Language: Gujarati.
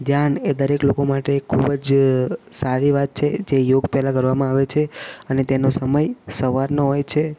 ધ્યાન એ દરેક લોકો માટે ખૂબ જ સારી વાત છે જે યોગ પહેલાં કરવામાં આવે છે અને તેનો સમય સવારનો હોય છે